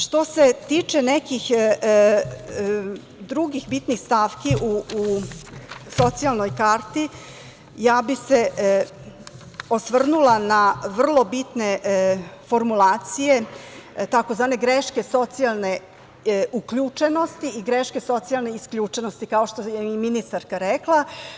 Što se tiče nekih drugih bitnih stavki u socijalnoj karti, ja bih se osvrnula na vrlo bitne formulacije, takozvane greške socijalne uključenosti i greške socijalne isključenosti, kao što je i ministarka rekla.